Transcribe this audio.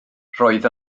roedd